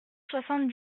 soixante